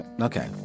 okay